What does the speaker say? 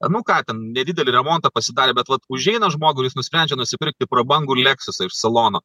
nu ką ten nedidelį remontą pasidarė bet vat užeina žmogui ir jis nusprendžia nusipirkti prabangų leksusą iš salono